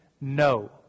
no